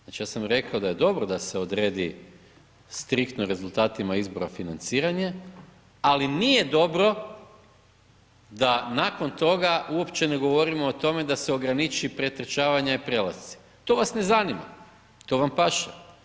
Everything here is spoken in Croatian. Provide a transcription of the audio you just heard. Znači ja sam rekao da je dobro da se odredi striktno rezultatima izbora financiranje ali nije dobro da nakon toga uopće ne govorimo o tome da se ograniči pretrčavanje i prelasci, to vas ne zanima, to vam paše.